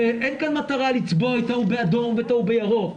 אין כאן מטרה לצבוע את ההוא באדום ואת ההוא בירוק,